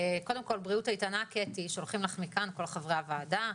קודם כל שולחים לך בריאות איתנה כל חברי הוועדה.